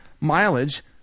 mileage